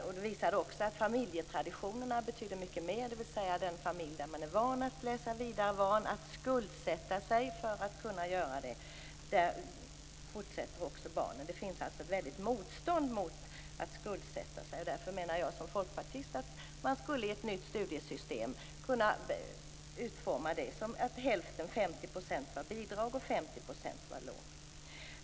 Denna visade också att familjetraditionerna betydde mycket mer: I den familj där man är van att läsa vidare och van att skuldsätta sig för att göra det fortsätter också barnen. Det finns alltså ett väldigt motstånd mot att skuldsätta sig. Därför menar jag som folkpartist att ett nytt studiemedelssystem skulle kunna utformas så att 50 % var bidrag och 50 % lån.